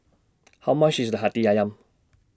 How much IS Hati Ayam